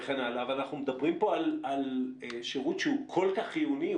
אבל אנחנו מדברים כאן על שירות שהוא כל כך חיוני,